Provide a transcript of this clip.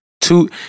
Two